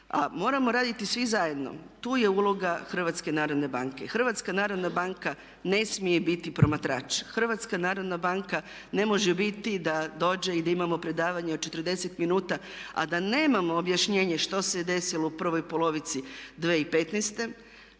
moramo raditi svi zajedno. Tu je uloga HNB-a. Hrvatska narodna banka ne smije biti promatrač, HNB ne može biti da dođe i da imamo predavanje od 40 minuta, a da nemamo objašnjenje što se desilo u prvoj polovici 2015.,